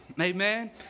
amen